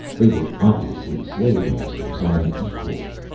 they were obviously slave masters and equals.